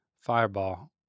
fireball